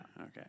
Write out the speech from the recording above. Okay